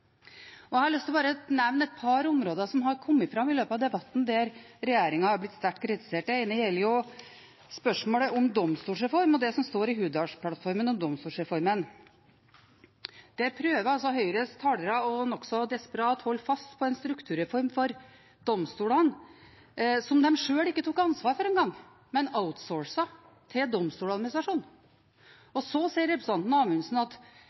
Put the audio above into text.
Jeg har lyst til å nevne bare et par områder som er kommet fram i løpet av debatten, der regjeringen er blitt sterkt kritisert. Det ene gjelder spørsmålet om domstolsreform og det som står i Hurdalsplattformen om domstolsreformen. Der prøver Høyres talere nokså desperat å holde fast på en strukturreform for domstolene som de sjøl ikke engang tok ansvar for, men outsourcet til Domstoladministrasjonen. Og så sier representanten Per-Willy Amundsen at